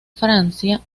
francia